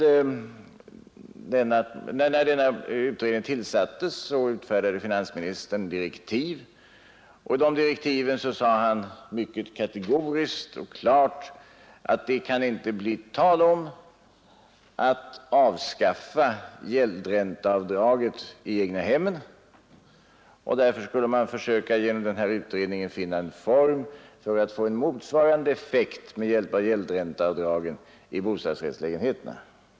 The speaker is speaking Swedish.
När denna utredning tillsattes utfärdade finansministern direktiv, där han mycket kategoriskt och klart sade att det inte kan bli tal om att avskaffa gäldränteavdraget för egnahemmen och att man därför genom denna utredning med hjälp av gäldränteavdragen skulle försöka finna en form för en motsvarande effekt beträffande bostadsrättslägenheterna.